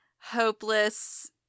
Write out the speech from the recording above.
hopeless